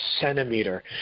centimeter